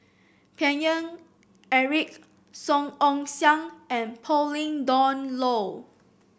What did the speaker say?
Paine Eric Song Ong Siang and Pauline Dawn Loh